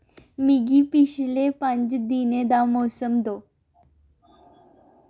मिगी पिछले पंज दिनें दा मौसम दो